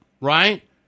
right